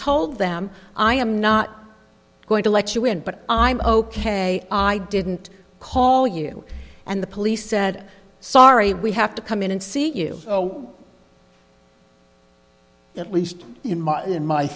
told them i am not going to let you in but i'm ok i didn't call you and the police said sorry we have to come in and see you so at least in my